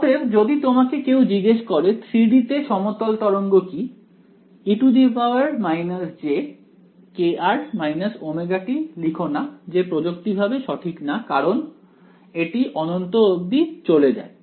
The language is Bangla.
অতএব যদি তোমাকে কেউ জিজ্ঞেস করে 3 D তে সমতল তরঙ্গ কি e jkr ωt লিখ না যা প্রযুক্তিগতভাবে সঠিক না কারণ এটি অনন্ত অবধি চলে যায়